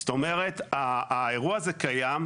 זאת אומרת האירוע הזה קיים.